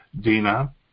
Dina